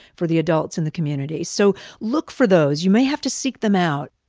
for the adults in the community. so look for those. you may have to seek them out.